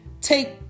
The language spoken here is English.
take